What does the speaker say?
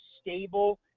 stable